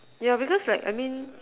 yeah because like I mean